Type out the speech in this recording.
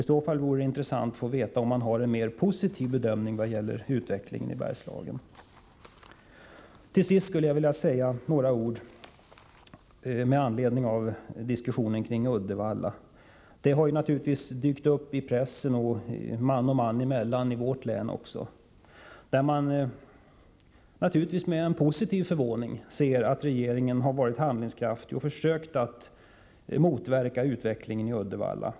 I så fall vore det intressant att få veta om regeringen gör en mer positiv bedömning av utvecklingen i Bergslagen. Till sist skulle jag vilja säga några ord med anledning av diskussionen om Uddevalla. En sådan har självfallet förekommit i pressen och man och man emellan också i vårt län. Man har med förvåning — naturligtvis positiv sådan — sett att regeringen har varit handlingskraftig och försökt motverka utvecklingen i Uddevalla.